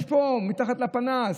יש פה, מתחת לפנס.